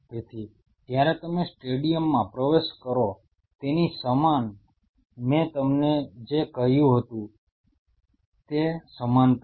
તેથી જ્યારે તમે સ્ટેડિયમમાં પ્રવેશ કરો તેની સમાન મેં તમને જે કહ્યું હતું તે સમાનતા છે